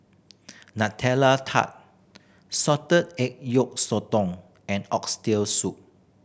Nutella Tart salted egg yolk sotong and Oxtail Soup